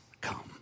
come